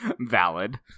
valid